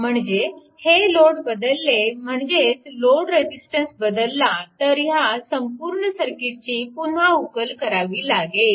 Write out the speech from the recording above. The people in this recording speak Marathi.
म्हणजे हे लोड बदलले म्हणजेच लोड रेजिस्टन्स बदलला तर ह्या संपूर्ण सर्किटची पुन्हा उकल करावी लागेल